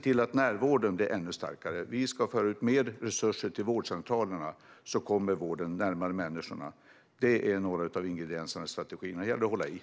Vidare ska närvården bli ännu starkare. Mer resurser ska föras ut till vårdcentralerna. Så kommer vården närmare människorna. Det är några av ingredienserna i strategin, och det gäller att ligga i.